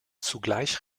zugleich